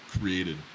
created